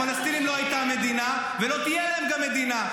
לפלסטינים לא הייתה מדינה וגם לא תהיה להם מדינה.